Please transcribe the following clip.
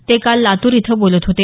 ते काल लातूर इथं बोलत होते